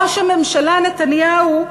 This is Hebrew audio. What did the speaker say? ראש הממשלה נתניהו,